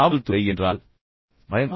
காவல் துறை என்றால் பயமா